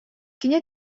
кини